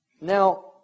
Now